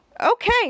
Okay